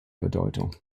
bedeutung